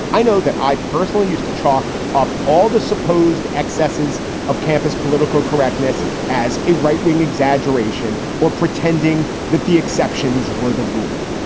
i know that i personally used to chalk up all the supposed excesses of campus political correctness as a right wing exaggeration or pretending that the exceptions were the rule.